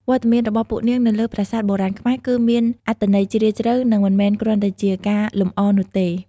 វត្តមានរបស់ពួកនាងនៅលើប្រាសាទបុរាណខ្មែរ គឺមានអត្ថន័យជ្រាលជ្រៅ និងមិនមែនគ្រាន់តែជាការលម្អនោះទេ។